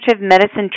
medicine